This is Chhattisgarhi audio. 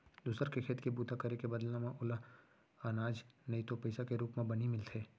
दूसर के खेत के बूता करे के बदला म ओला अनाज नइ तो पइसा के रूप म बनी मिलथे